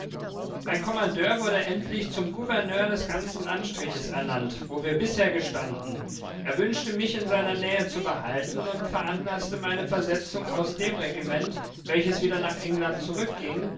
mein kommandeur wurde endlich zum gouverneur des ganzen landstriches ernannt wo wir bisher gestanden er wünschte mich in seiner nähe zu behalten und veranlaßte meine versetzung aus dem regiment welches wieder nach england zurückging